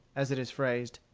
as it is phrased,